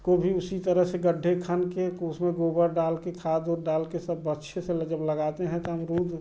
को भी उसी तरह से गड्ढे खनके को उसमें गोबर डालकर खाद उद डालकर सब अच्छे से ल जब लगाते हैं तो अमरुद